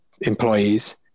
employees